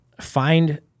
Find